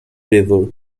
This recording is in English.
river